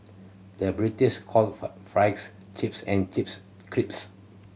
the British calls far chips and chips crisps